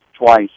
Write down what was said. Twice